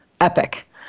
epic